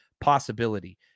possibility